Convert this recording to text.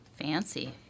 Fancy